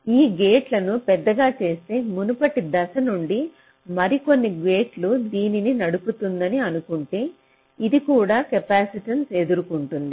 ఈ గేట్లను పెద్దగా చేస్తే మునుపటి దశ నుండి మరికొన్ని గేట్లు దీనిని నడుపుతుందని అనుకుంటే ఇది కూడా కెపాసిటెన్స్ను ఎదుర్కొంటుంది